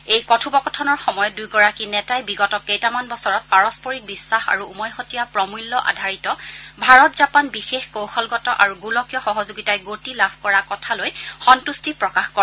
এই কথপোকথনৰ সময়ত দুয়োগৰাকী নেতাই বিগত কেইটামান বছৰত পাৰষ্পৰিক বিশ্বাস আৰু উমৈহতীয়া প্ৰমূল্য আধাৰিত ভাৰত জাপান বিশেষ কৌশলগত আৰু গোলকীয় সহযোগিতাই গতি লাভ কৰা কথালৈ সল্গট্টি প্ৰকাশ কৰে